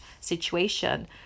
situation